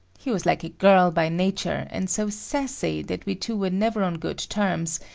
he was like a girl by nature, and so sassy that we two were never on good terms,